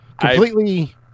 Completely